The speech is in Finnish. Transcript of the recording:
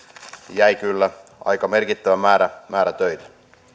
jäi kyllä aika merkittävä määrä määrä töitä